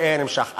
ונמשך.